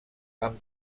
amb